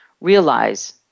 realize